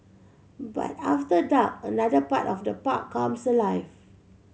but after dark another part of the park comes alive